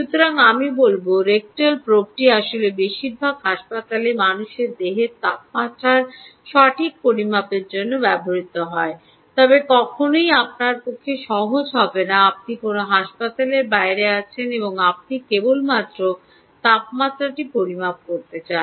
সুতরাং আমি বলব রেকটাল প্রোবটি আসলে বেশিরভাগ হাসপাতালে মানুষের দেহের তাপমাত্রার সঠিক পরিমাপের জন্য ব্যবহৃত হয় তবে কখনই আপনার পক্ষে সহজ হবে না আপনি কোনও হাসপাতালের বাইরে আছেন আপনি কেবলমাত্র তাপমাত্রাটি পরিমাপ করতে চান